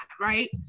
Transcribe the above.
right